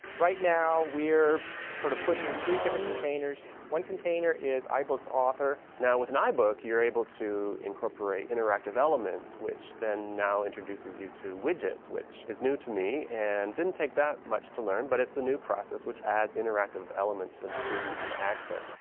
right now, we're sort of pushing three different containers. one container is ibooks author. now with an ibook, you're able to incorporate interactive elements, which then now introduces you to widgets, which is new to me. and didn't take that much to learn. but it's the new process, which adds interactive elements for the students to access.